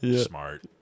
smart